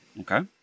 Okay